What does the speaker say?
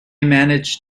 manage